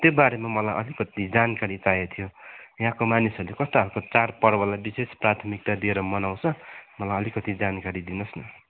त्यो बारेमा मलाई अलिकति जानकारी चाहिए थियो यहाँको मानिसले कस्तो खालको चाडपर्वलाई विशेष प्राथमिकता दिएर मनाउँछ मलाई अलिकति जानकारी दिनुहोस् न